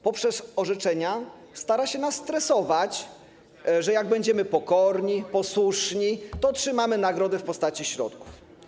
Poprzez orzeczenia stara się nas tresować, że jak będziemy pokorni, posłuszni, to otrzymamy nagrodę w postaci środków.